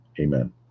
Amen